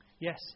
Yes